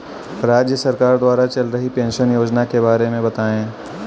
राज्य सरकार द्वारा चल रही पेंशन योजना के बारे में बताएँ?